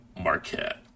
Marquette